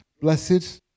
Blessed